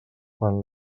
fan